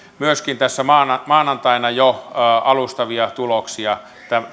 myöskin maanantaina jo alustavia tuloksia